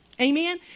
Amen